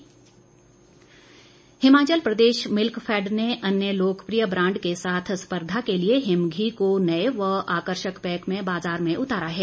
वीरेंद्र कंवर हिमाचल प्रदेश मिल्कफैड ने अन्य लोकप्रिय ब्रांड के साथ स्पर्धा के लिए हिम घी को नए व आकर्षक पैक में बाजार में उतारा है